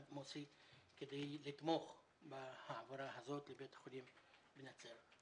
כדי לתמוך בהעברה הזאת לבית החולים בנצרת.